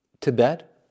Tibet